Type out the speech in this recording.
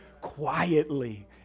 quietly